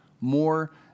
more